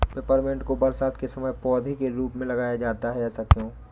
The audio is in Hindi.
पेपरमिंट को बरसात के समय पौधे के रूप में लगाया जाता है ऐसा क्यो?